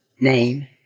name